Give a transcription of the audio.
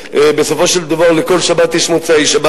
בסופו של דבר לכל שבת יש מוצאי-שבת,